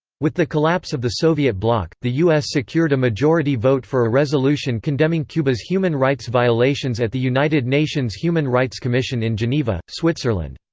with the collapse of the soviet bloc, the u s. secured a majority vote for a resolution condemning cuba's human rights violations at the united nations human rights commission in geneva, switzerland.